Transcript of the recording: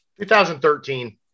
2013